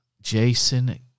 Jason